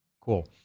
Cool